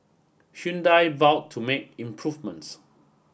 Hyundai vow to make improvements